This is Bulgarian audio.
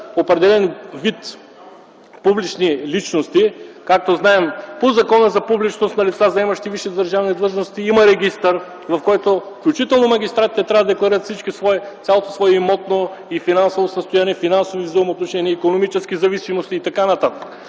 определен вид публични личности. Както знаем, по Закона за публичност на лица, заемащи висши държавни длъжности, има регистър, по който включително магистратите трябва да декларират всякакво имотно и финансово състояние, финансови взаимоотношения, икономически зависимости и т.н.